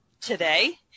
today